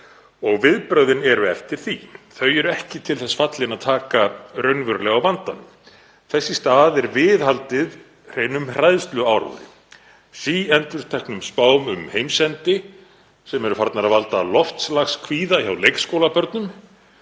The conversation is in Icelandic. og viðbrögðin eru eftir því. Þau eru ekki til þess fallin að taka raunverulega á vandanum. Þess í stað er viðhaldið hreinum hræðsluáróðri, síendurteknum spám um heimsendi sem eru farnar að valda loftslagskvíða hjá leikskólabörnum.